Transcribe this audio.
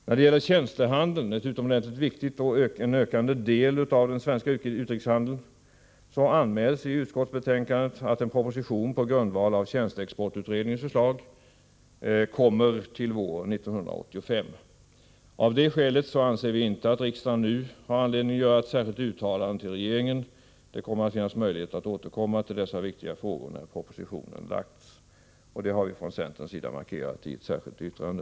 När det gäller tjänstehandeln — en utomordentligt viktig och ökande del av den svenska utrikeshandeln — anmäls i utskottsbetänkandet att en proposition på grundval av tjänsteexportutredningens förslag kommer våren 1985. Av det skälet anser vi inte att riksdagen nu bör göra ett särskilt uttalande till regeringen. Det kommer att finnas möjlighet att återkomma till dessa viktiga frågor när propositionen lagts fram. Detta har vi från centerns sida markerat i ett särskilt yttrande.